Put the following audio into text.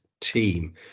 team